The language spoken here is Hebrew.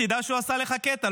תדע שהוא עשה לך קטע,